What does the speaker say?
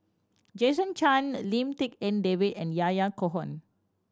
Jason Chan Lim Tik En David and Yahya Cohen